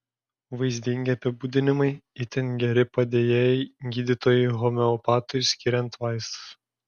vaizdingi apibūdinimai itin geri padėjėjai gydytojui homeopatui skiriant vaistus